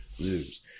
zoos